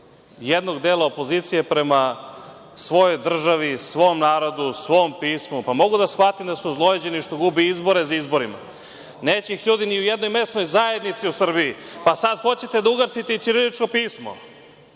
jednog dela opozicije prema svojoj državi, svom narodu, svom pismu. Mogu da shvatim što su ozlojeđeni i što gube izbore za izborima. Neće ih ljudi ni u jednoj mesnoj zajednici u Srbiji, pa sada hoćete da ugasite i ćirilično pismo.